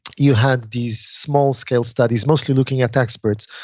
you had these small scale studies mostly looking at experts.